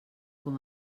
com